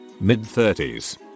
Mid-30s